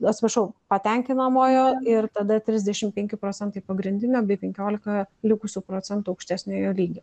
atsiprašau patenkinamojo ir tada trisdešim penki procentai pagrindinio bei penkiolika likusių procentų aukštesniojo lygio